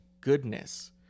goodness